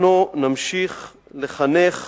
אנחנו נמשיך לחנך